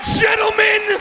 gentlemen